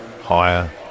higher